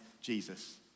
Jesus